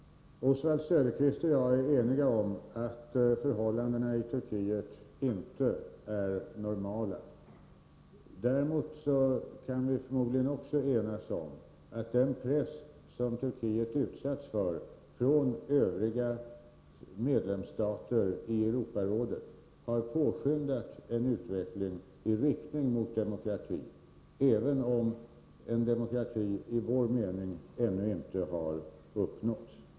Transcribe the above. Herr talman! Oswald Söderqvist och jag är eniga om att förhållandena i Turkiet inte är normala. Vi kan förmodligen också enas om att den press som Turkiet utsatts för från övriga medlemsstater i Europarådet har påskyndat en utveckling i riktning mot demokrati, även om demokrati i vår mening ännu inte har uppnåtts.